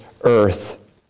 earth